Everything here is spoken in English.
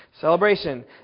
Celebration